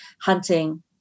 hunting